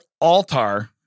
altar